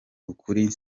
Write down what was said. ukuri